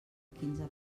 quinze